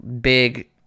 big